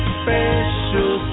special